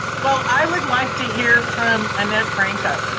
well, i would like to hear from annette franco.